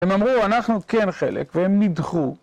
הם אמרו, אנחנו כן חלק, והם נדחו.